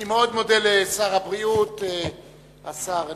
אני מודה מאוד לשר הבריאות, השר ליצמן,